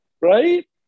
right